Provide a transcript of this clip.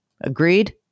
Agreed